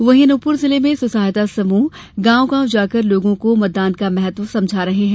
वहीं अनूपपुर जिले में स्व सहायता समूह गांव गांव जाकर लोगों को मतदान का महत्व समझा रहे हैं